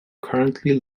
currently